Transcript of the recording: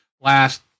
last